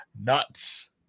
nuts